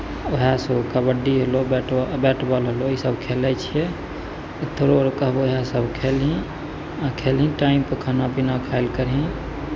उएहसभ कबड्डी होलौ bat ball bat ball होलौ ईसभ खेलै छियै तोरो अर कहबौ इएहसभ खेलही आ खेलही टाइमपर खाना पीना खायल करही